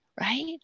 Right